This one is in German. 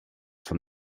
von